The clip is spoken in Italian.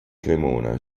cremona